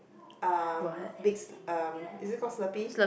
um bigs um is it call Slurpee